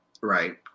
right